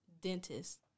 dentist